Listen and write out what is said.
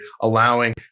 allowing